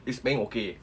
it's paying okay